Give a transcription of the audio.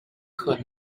可能